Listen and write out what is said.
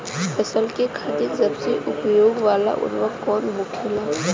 फसल के खातिन सबसे उपयोग वाला उर्वरक कवन होखेला?